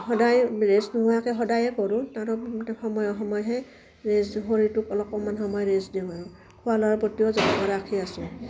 সদায় ৰেষ্ট নোহোৱাকৈ সদায়ে কৰোঁ তাতো সময়ে সময়হে ৰেষ্ট শৰীৰটোক অলপমান সময় ৰেষ্ট দিওঁ আৰু খোৱা লোৱাৰ প্ৰতিও যত্ন ৰাখি আছোঁ